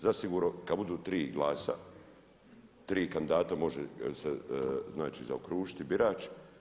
Zasigurno kad budu tri glasa, tri kandidata može se znači zaokružiti birač.